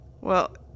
Well-